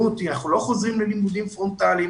אותי אנחנו לא חוזרים ללימודים פרונטליים.